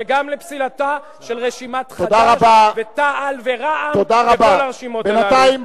וגם לפסילה של רשימת חד"ש ורע"ם-תע"ל וכל הרשימות הללו.